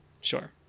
Sure